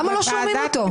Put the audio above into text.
למה לא שומעים אותו?